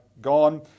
gone